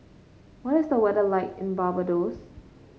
what is the weather like in Barbados